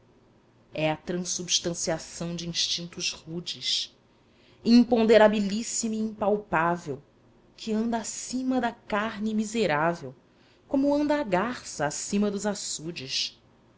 é a transubstanciação de instintos rudes imponderabilíssima e impalpável que anda acima da carne miserável como anda a garça acima dos açudes